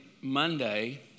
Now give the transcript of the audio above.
Monday